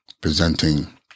presenting